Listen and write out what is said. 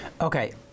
okay